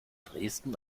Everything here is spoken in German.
dresden